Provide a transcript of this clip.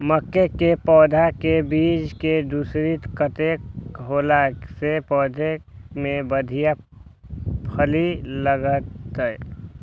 मके के पौधा के बीच के दूरी कतेक होला से पौधा में बढ़िया फली लगते?